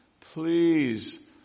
Please